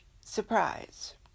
surprise